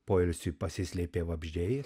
poilsiui pasislėpė vabzdžiai